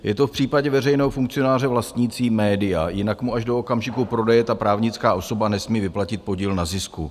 Je to v případě veřejného funkcionáře vlastnícího média, jinak mu až do okamžiku prodeje ta právnická osoba nesmí vyplatit podíl na zisku.